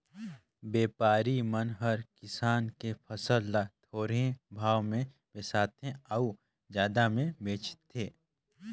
बेपारी मन हर किसान के फसल ल थोरहें भाव मे बिसाथें अउ जादा मे बेचथें